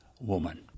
woman